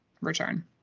return